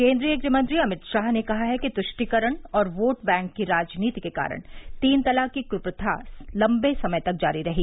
केन्द्रीय गृह मंत्री अमित शाह ने कहा है कि तुष्टिकरण और वोट बैंक की राजनीति के कारण तीन तलाक की कुप्रथा लंबे समय तक जारी रही